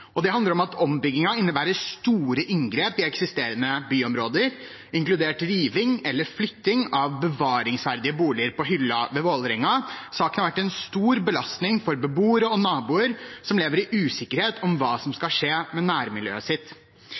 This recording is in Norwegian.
Det handler om at ombyggingen innebærer store inngrep i eksisterende byområder, inkludert riving eller flytting av bevaringsverdige boliger på «Hylla» ved Vålerenga. Saken har vært en stor belastning for beboere og naboer, som lever i usikkerhet om hva som skal skje med nærmiljøet